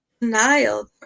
denial